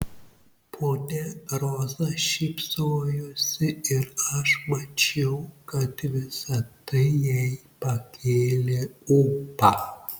ponia roza šypsojosi ir aš mačiau kad visa tai jai pakėlė ūpą